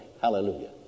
Hallelujah